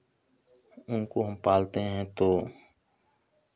उनको हम पालते हैं तो